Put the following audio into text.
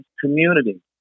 community